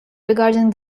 regarding